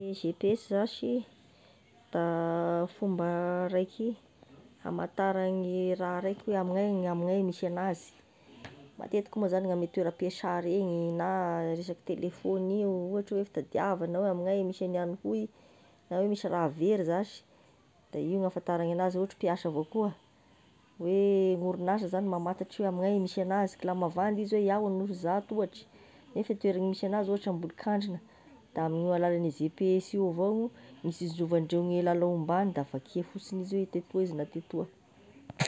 Gne GPS zashy da fomba raiky hamatara gne raha raiky hoe gn'amignay gn'amignay misy anazy, matetiky moa zagny gn'ame toeram-piasa regny, na resaky telefaony io, ohatry oe fitadiavagny na hoe gn'amignay misy any raha hoy, na oe misy raha very zashy, da io gny ahafantarany enazy ohatry mpiasa evao koa a, hoe gn'orinasa zagny mamatatry oe amignay misy anazy, ka la mavandy izy oe iaho Anosizato ohatry nefa e toerany misy anazy ohatry Ambolokandrina, de amin'ny alalan'gne GPS io avao gn'isinzovandreo gne lala ombany da vakia fotsigny izy oe tetoa izy tetoa.